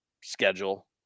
schedule